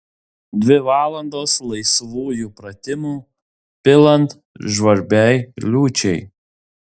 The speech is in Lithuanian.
dvi valandos laisvųjų pratimų pilant žvarbiai liūčiai